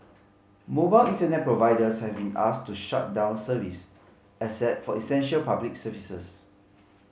mobile Internet providers have been asked to shut down service except for essential public services